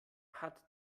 hat